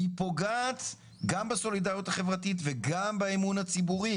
היא פוגעת גם בסולידריות החברתית וגם באמון הציבור.